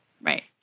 Right